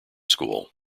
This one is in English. school